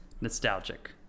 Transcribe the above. nostalgic